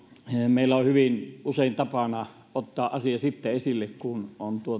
meillä on hyvin usein tapana ottaa asia esille sitten kun on